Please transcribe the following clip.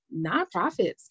nonprofits